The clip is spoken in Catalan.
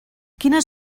quines